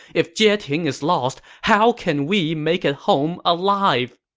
if jieting is lost, how can we make it home alive?